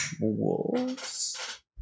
Wolves